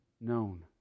known